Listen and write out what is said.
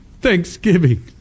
thanksgiving